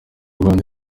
rwanda